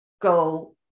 go